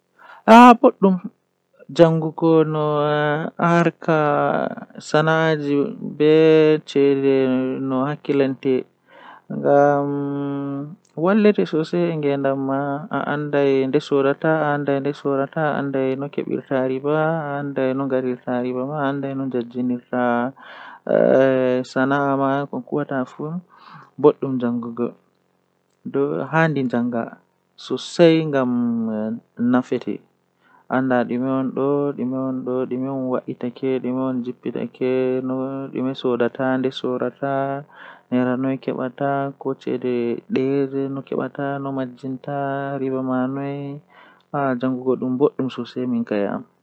Midon mari pade kosde joye midon mari hufneere hoore sappo e didi nden midon mari darude guda didi.